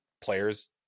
players